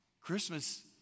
Christmas